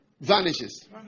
vanishes